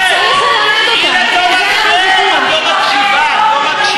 צריך ללמד אותם, על זה אין ויכוח.